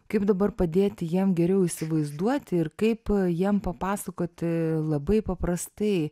kaip dabar padėti jiem geriau įsivaizduoti ir kaip jiem papasakoti labai paprastai